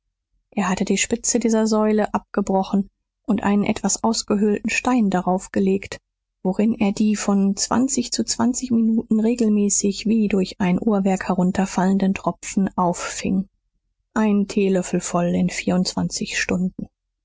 er hatte die spitze dieser säule abgebrochen und einen etwas ausgehöhlten stein darauf gelegt worin er die von zwanzig zu zwanzig minuten regelmäßig wie durch ein uhrwerk herunterfallenden tropfen auffing einen teelöffel voll in vierundzwanzig stunden